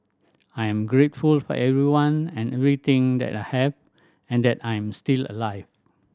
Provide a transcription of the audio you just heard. I am grateful for everyone and everything that I have and that I'm still alive